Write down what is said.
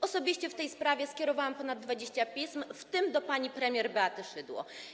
Osobiście w tej sprawie skierowałam ponad 20 pism, w tym do pani premier Beaty Szydło.